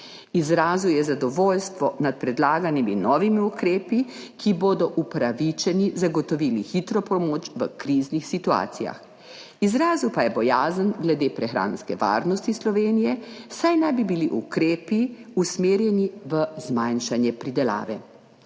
Izrazil je zadovoljstvo nad predlaganimi novimi ukrepi, ki bodo upravičeni, zagotovili hitro pomoč v kriznih situacijah. Izrazil pa je bojazen glede prehranske varnosti Slovenije, saj naj bi bili ukrepi usmerjeni v zmanjšanje pridelave.